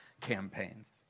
campaigns